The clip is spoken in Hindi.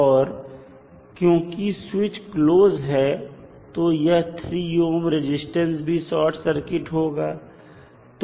और क्योंकि स्विच क्लोज है तो यह 3 ohm रेजिस्टेंस भी शॉर्ट सर्किट है